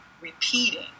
repeating